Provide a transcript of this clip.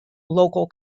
local